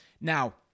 Now